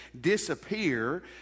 disappear